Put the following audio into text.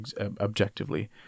objectively